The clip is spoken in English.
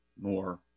more